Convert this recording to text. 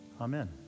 Amen